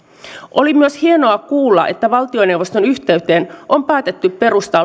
oli myös hienoa kuulla että valtioneuvoston yhteyteen on päätetty perustaa